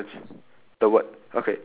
the pie third difference